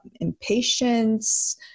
impatience